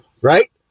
right